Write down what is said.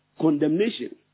condemnation